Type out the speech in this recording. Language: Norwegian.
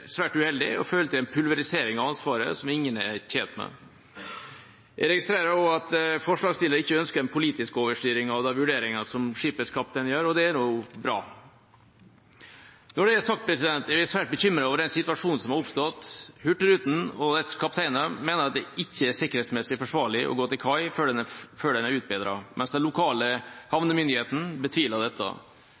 svært uheldig og føre til en pulverisering av ansvaret – noe som ingen er tjent med. Jeg registrerer også at forslagsstilleren ikke ønsker en politisk overstyring av de vurderingene som skipets kaptein gjør, og det er bra. Når det er sagt, er vi svært bekymret for den situasjonen som har oppstått. Hurtigruten og dets kapteiner mener at det ikke er sikkerhetsmessig forsvarlig å gå til kai før den er utbedret, mens den lokale havnemyndigheten betviler dette.